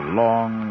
long